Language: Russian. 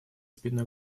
спиной